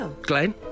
Glenn